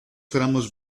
tramos